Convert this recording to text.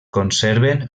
conserven